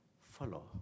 follow